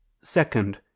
Second